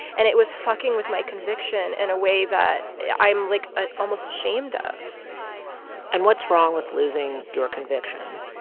and it was f ing with my conviction in a way that i'm like, ah almost ashamed of and what's wrong with losing your conviction?